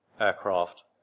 aircraft